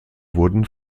wurden